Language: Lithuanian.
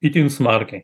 itin smarkiai